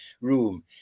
room